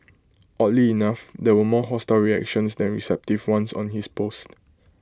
oddly enough there were more hostile reactions than receptive ones on his post